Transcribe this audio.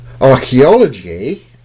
Archaeology